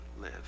live